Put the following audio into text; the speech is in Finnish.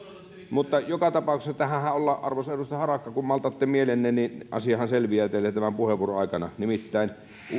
mutta joka tapauksessa tähänhän ollaan arvoisa edustaja harakka kun maltatte mielenne niin asiahan selviää teille tämän puheenvuoron aikana nimittäin